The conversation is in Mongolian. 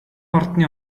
ордны